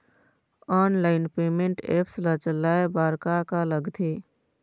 Online payment apps ला चलाए बार का का लगथे?